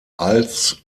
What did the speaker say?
als